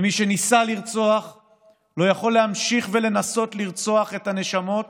ומי שניסה לרצוח לא יכול להמשיך לנסות לרצוח את הנשמות